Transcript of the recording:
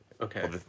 Okay